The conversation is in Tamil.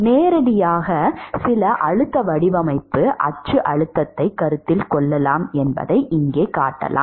நேரடியாக சில அழுத்த வடிவமைப்பு அச்சு அழுத்தத்தைக் கருத்தில் கொள்ளலாம் என்பதை இங்கே காட்டலாம்